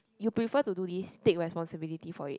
you prefer to do this take responsibility for it